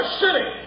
city